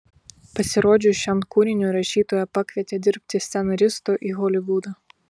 pasirodžius šiam kūriniui rašytoją pakvietė dirbti scenaristu į holivudą